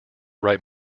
write